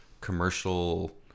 commercial